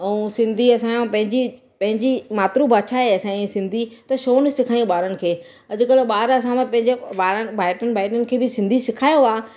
ऐं सिंधी असांजो पंहिंजी पंहिंजी मात्रभाषा आहे असांजी सिंधी त छो न सेखारियूं ॿारनि खे अॼुकल्ह ॿार असांजा पंहिंजे ॿारनि भाइटियुनि भाइटूनि खे बि सिंधी सेखारियो आहे